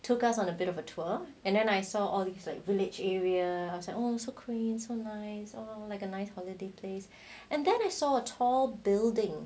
took us on a bit of a tour and then I saw all these like village area like oh so clean so nice or like a nice holiday place and then I saw a tall building